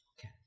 Okay